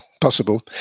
possible